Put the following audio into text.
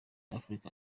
africa